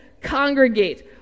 congregate